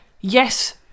yes